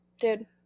dude